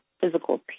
physical